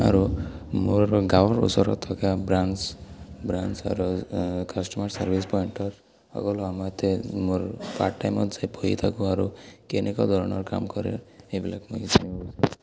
আৰু মোৰ গাঁৱৰ ওচৰত থকা ব্ৰাঞ্চ ব্ৰাঞ্চ আৰু কাষ্ট'মাৰ ছাৰ্ভিচ পইণ্টৰ সকলো আমাৰ ইয়াতে মোৰ পাৰ্ট টাইমত যাই পঢ়ি থাকোঁ আৰু কেনেকুৱা ধৰণৰ কাম কৰে সেইবিলাক